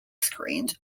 screens